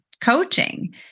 coaching